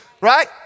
right